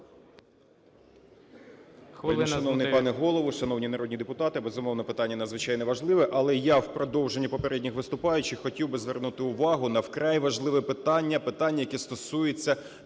Вельмишановний пане Голово, шановні народні депутати, безумовно, питання надзвичайно важливе, але я в продовження попередніх виступаючих хотів би звернути увагу на вкрай важливе питання – питання, яке стосується